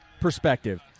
perspective